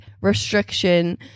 restriction